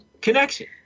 connection